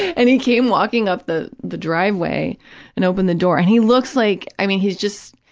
and he came walking up the the driveway and opened the door, and he looks like, i mean, he's just,